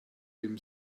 him